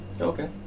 Okay